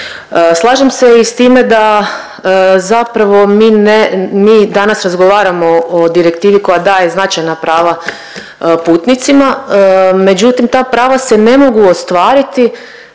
Slažem se i s time da zapravo mi ne, mi danas razgovaramo o direktivi koja daje značajna prava putnicima, međutim, ta prava se ne mogu ostvariti